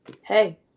hey